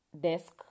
desk